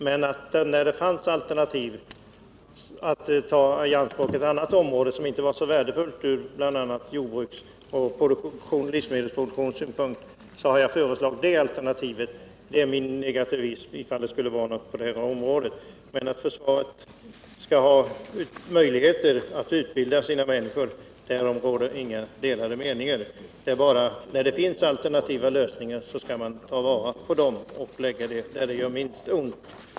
Men när det nu fanns möjlighet att ta i anspråk ett annat område, som inte var så värdefullt bl.a. ur livsmedelsproduktionssynpunkt, har jag föreslagit det alternativet. Det är i så fall min negativism på det här området. Att försvaret skall ha möjlighet att genomföra den militära utbildningen råder det inga delade meningar om, men när det finns alternativa lösningar skall man ta vara på dem och förlägga verksamheten där den gör minst skada.